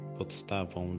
podstawą